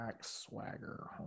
Swagger